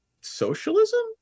Socialism